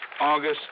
August